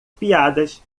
piadas